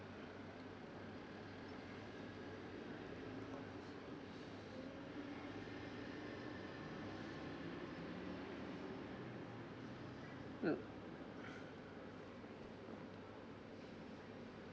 mm